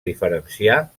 diferenciar